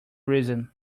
reason